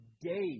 days